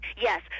Yes